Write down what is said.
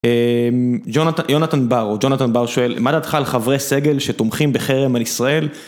יונתן בר, או ג'ונותן בר, שואל מה דעתך על חברי סגל שתומכים בחרם על ישראל?